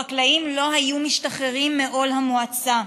החקלאים לא היו משתחררים מעול המועצה.